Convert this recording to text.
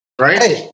right